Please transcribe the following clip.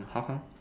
how come